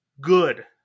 good